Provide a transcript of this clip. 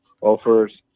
offers